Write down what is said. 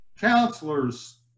counselors